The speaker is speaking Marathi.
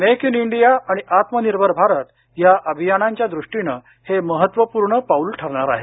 मेक इन इंडिया आणि आत्मनिर्भर भारत या अभियांनांच्या दृष्टीनं हे महत्त्वपूर्ण पाऊल ठरणार आहे